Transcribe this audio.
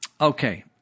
Okay